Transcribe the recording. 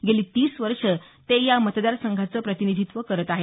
गेली तीस वर्ष ते या मतदार संघाचं प्रतिनिधीत्व करत आहेत